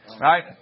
right